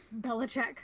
Belichick